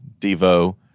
Devo